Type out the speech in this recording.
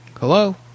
Hello